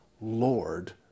Lord